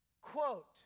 quote